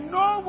no